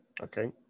Okay